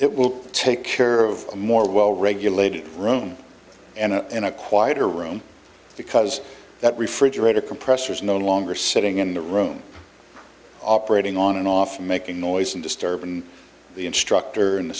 it will take care of a more well regulated room and in a quieter room because that refrigerator compressor is no longer sitting in the room operating on and off making noise and disturbing the instructor and the